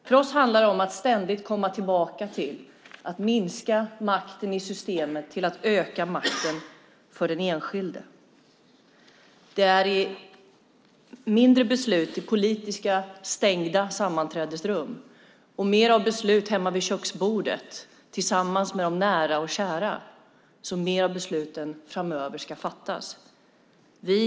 För oss handlar det om att ständigt komma tillbaka till att minska makten i systemet och till att öka makten för den enskilde. Det ska vara mindre av politiska beslut i stängda sammanträdesrum och mer av beslut hemma vid köksbordet tillsammans med de nära och kära. Det är så fler beslut ska fattas framöver.